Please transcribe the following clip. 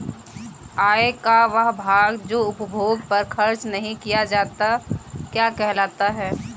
आय का वह भाग जो उपभोग पर खर्च नही किया जाता क्या कहलाता है?